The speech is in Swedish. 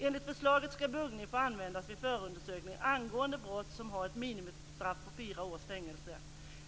Enligt förslaget skall buggning få användas vid förundersökning angående brott som har ett minimistraff på fyra års fängelse.